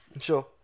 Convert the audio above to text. sure